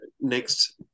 next